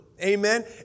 Amen